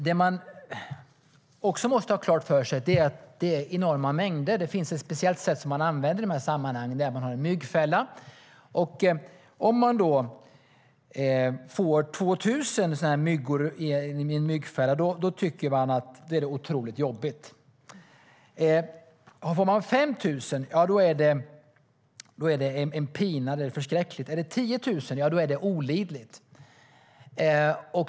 Det man måste ha klart för sig är att det handlar om enorma mängder. Det finns en myggfälla som man använder i de här sammanhangen, och om man får 2 000 sådana här myggor i en myggfälla tycker man att det är otroligt jobbigt. Får man 5 000 är det en förskräcklig pina. Är det 10 000 är det olidligt.